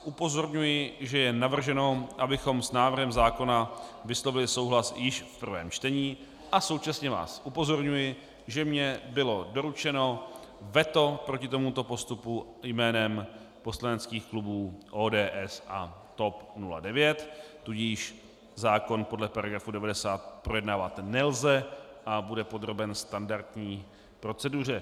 Upozorňuji vás, že je navrženo, abychom s návrhem zákona vyslovili souhlas již v prvém čtení, a současně vás upozorňuji, že mně bylo doručeno veto proti tomuto postupu jménem poslaneckých klubů ODS a TOP 09, tudíž zákon podle § 90 projednávat nelze a bude podroben standardní proceduře.